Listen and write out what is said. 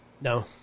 No